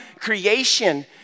creation